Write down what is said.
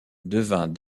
devint